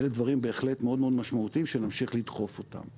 אלה דברים שהם בהחלט מאוד מאוד משמעותיים שנמשיך לדחוף אותם.